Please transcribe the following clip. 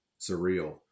surreal